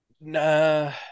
Nah